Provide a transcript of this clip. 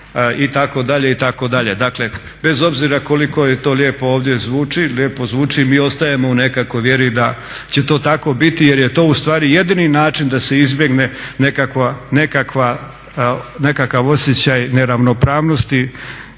itd., itd. Dakle, bez obzira koliko to lijepo ovdje zvuči mi ostajemo u nekakvoj vjeri da će to tako biti jer je to ustvari jedini način da se izbjegne nekakav osjećaj neravnopravnosti,